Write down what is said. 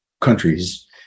countries